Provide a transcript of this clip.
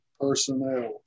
personnel